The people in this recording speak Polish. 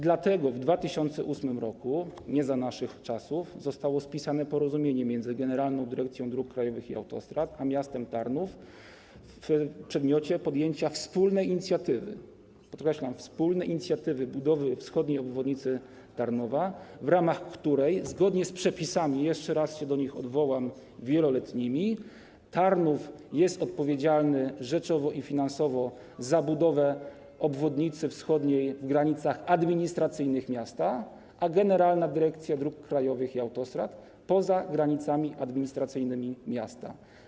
Dlatego w 2008 r., nie za naszych czasów, zostało podpisane porozumienie między Generalną Dyrekcją Dróg Krajowych i Autostrad a miastem Tarnów w przedmiocie podjęcia wspólnej inicjatywy - podkreślam: wspólnej inicjatywy - budowy wschodniej obwodnicy Tarnowa, w ramach której zgodnie z wieloletnimi przepisami - jeszcze raz się do nich odwołam - Tarnów jest odpowiedzialny rzeczowo i finansowo za budowę wschodniej obwodnicy w granicach administracyjnych miasta, a Generalna Dyrekcja Dróg Krajowych i Autostrad poza granicami administracyjnymi miasta.